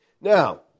Now